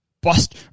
Bust